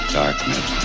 darkness